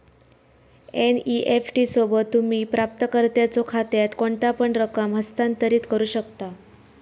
NEFT सोबत, तुम्ही प्राप्तकर्त्याच्यो खात्यात कोणतापण रक्कम हस्तांतरित करू शकता